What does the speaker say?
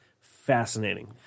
Fascinating